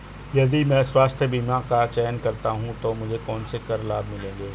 यदि मैं स्वास्थ्य बीमा का चयन करता हूँ तो मुझे कौन से कर लाभ मिलेंगे?